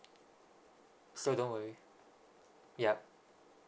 so don't worry yup